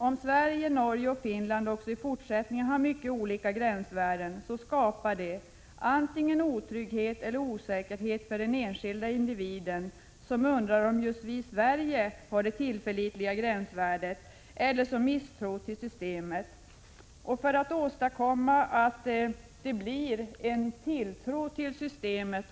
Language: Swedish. Om Sverige, Norge och Finland också i fortsättningen har mycket olika riktvärden skapar det otrygghet och osäkerhet för den enskilda individen. Här i Sverige undrar vi om just vi har ett tillförlitligt riktvärde eller om man över huvud taget kan hysa tilltro till systemet.